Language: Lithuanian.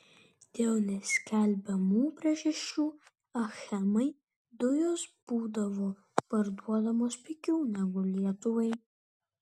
dėl neskelbiamų priežasčių achemai dujos būdavo parduodamos pigiau negu lietuvai